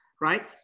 right